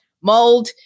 mold